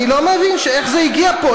אני לא מבין איך זה הגיע לכאן.